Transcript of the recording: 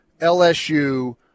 LSU